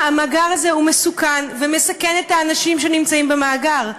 המאגר הזה הוא מסוכן ומסכן את האנשים שנמצאים במאגר.